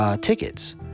tickets